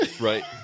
right